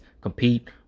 compete